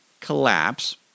collapse